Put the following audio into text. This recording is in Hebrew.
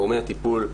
גורמי הטיפול,